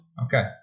Okay